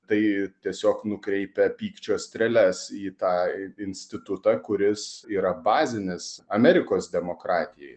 tai tiesiog nukreipia pykčio strėles į tą i institutą kuris yra bazinis amerikos demokratijai